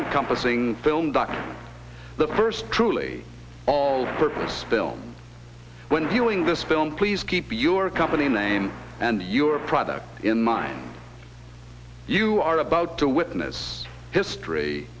encompassing film doc the first truly all purpose still when healing this film please keep your company name and your product in mind you are about to witness history